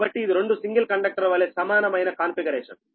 కాబట్టి ఇది రెండు సింగిల్ కండక్టర్ వలె సమానమైన కాన్ఫిగరేషన్